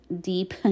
deep